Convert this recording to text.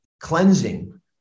cleansing